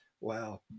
wow